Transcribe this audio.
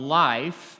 life